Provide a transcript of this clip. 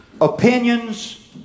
opinions